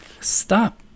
Stop